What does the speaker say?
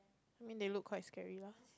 I mean they look quite scary lah